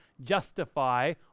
justify